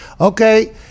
okay